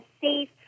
safe